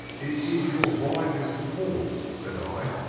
it is your wisest course said i.